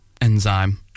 enzyme